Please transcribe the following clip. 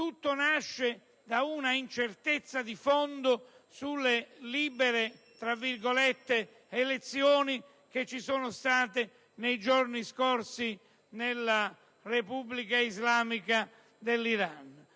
tutto nasce da un'incertezza di fondo sulle libere, tra virgolette, elezioni che ci sono state nei giorni scorsi nella Repubblica islamica dell'Iran.